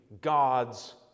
God's